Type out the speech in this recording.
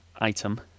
item